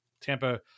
Tampa